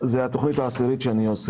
זאת התכנית העשירית למגזר הדרוזי שאני עושה,